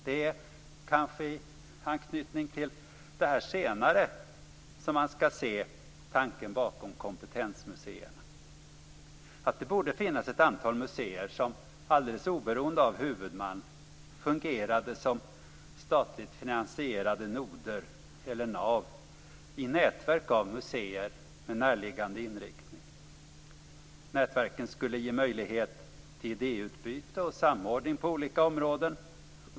Det är kanske i anknytning till detta senare som man skall se tanken bakom kompetensmuseerna; det borde finnas ett antal museer som, alldeles oberoende av huvudman, fungerade som statligt finansierade noder eller nav i nätverk av museer med närliggande inriktning. Nätverken skulle ge möjlighet till idéutbyte och samordning på olika områden.